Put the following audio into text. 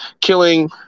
killing